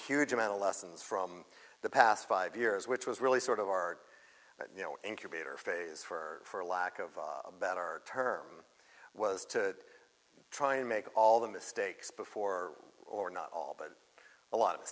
huge amount of lessons from the past five years which was really sort of our incubator phase for lack of a better term was to try and make all the mistakes before or not all but a lot of